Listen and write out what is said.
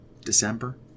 December